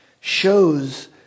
shows